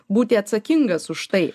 būti atsakingas už tai